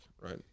right